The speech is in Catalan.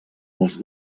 els